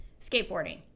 skateboarding